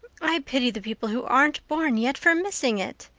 i pity the people who aren't born yet for missing it.